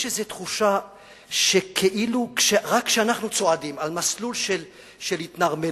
יש איזו תחושה שכאילו רק כשאנחנו צועדים על מסלול של התנרמלות,